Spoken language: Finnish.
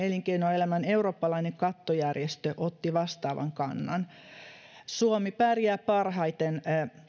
elinkeinoelämän eurooppalainen kattojärjestö otti vastaavan kannan suomi pärjää parhaiten